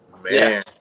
Man